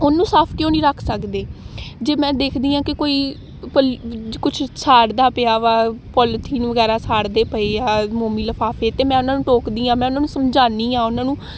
ਉਹਨੂੰ ਸਾਫ ਕਿਉਂ ਨਹੀਂ ਰੱਖ ਸਕਦੇ ਜੇ ਮੈਂ ਦੇਖਦੀ ਹਾਂ ਕਿ ਕੋਈ ਕੁਛ ਸਾੜਦਾ ਪਿਆ ਵਾ ਪੋਲੀਥੀਨ ਵਗੈਰਾ ਸਾੜਦੇ ਪਏ ਆ ਮੋਮੀ ਲਿਫਾਫੇ ਤਾਂ ਮੈਂ ਉਹਨਾਂ ਨੂੰ ਟੋਕਦੀ ਹਾਂ ਮੈਂ ਉਹਨਾਂ ਨੂੰ ਸਮਝਾਉਂਦੀ ਹਾਂ ਉਹਨਾਂ ਨੂੰ